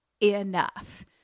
enough